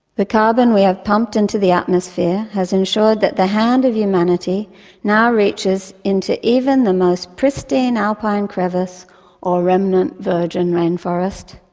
the carbon we have pumped into the atmosphere has ensured that the hand of humanity now reaches into even the most pristine alpine crevice or remnant virgin forest.